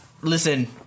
listen